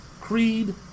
creed